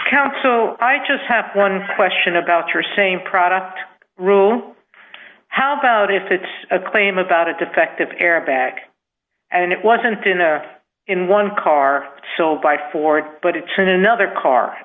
count so i just have one question about your same product rule how about if it's a claim about a defective hair back and it wasn't in there in one car so by for it but it turned another car